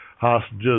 hostages